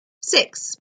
six